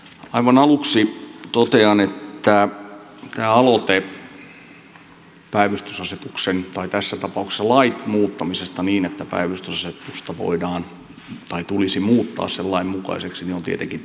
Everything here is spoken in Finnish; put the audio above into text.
aivan aluksi totean että tämä aloite päivystysasetuksen tai tässä tapauksessa lain muuttamisesta niin että päivystysasetus tulisi muuttaa sen lain mukaiseksi on tietenkin tervetullut